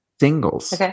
Singles